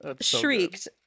shrieked